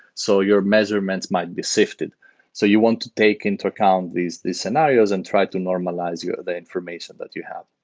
so your measurements might be sifted so you want to take into account these these scenarios and try to normalize the information that you have.